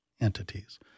entities